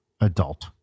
adult